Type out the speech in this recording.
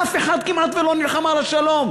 אף אחד כמעט ולא נלחם על השלום,